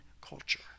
culture